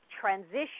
transition